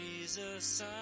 Jesus